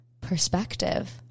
perspective